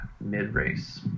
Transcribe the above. mid-race